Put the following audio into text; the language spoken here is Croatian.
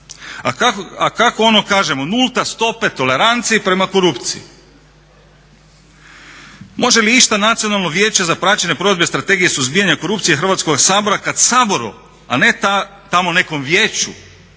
A kako ono kažemo, nulta stopa tolerancije prema korupciji. Može li išta Nacionalno vijeće za praćenje provede Strategije suzbijanja korupcije Hrvatskoga sabora kad Saboru, a ne tamo nekom vijeću,